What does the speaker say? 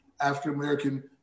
African-American